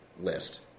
list